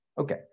Okay